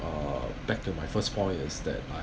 uh back to my first point is that I